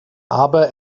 aber